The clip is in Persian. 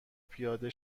پیاده